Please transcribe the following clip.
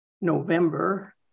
November